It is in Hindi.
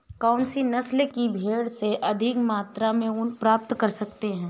कौनसी नस्ल की भेड़ से अधिक मात्रा में ऊन प्राप्त कर सकते हैं?